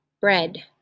Bread